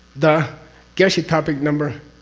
the geshe topic number?